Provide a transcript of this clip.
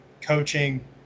Coaching